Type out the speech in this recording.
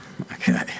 okay